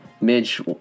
Midge